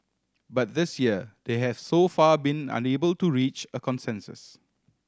but this year they have so far been unable to reach a consensus